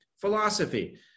philosophy